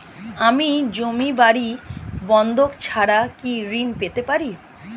আমি জমি বাড়ি বন্ধক ছাড়া কি ঋণ পেতে পারি?